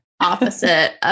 opposite